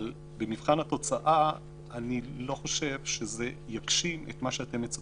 אבל במבחן התוצאה אני לא חושב שזה יגשים את מה שאתם מצפים.